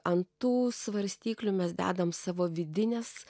ant tų svarstyklių mes dedam savo vidines